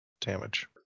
damage